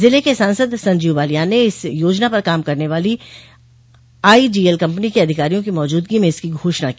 जिले के सांसद संजीव बालियान ने इस योजना पर काम करने वाली आई जीएल कम्पनी के अधिकारियों की मौजूदगी में इसकी घोषणा की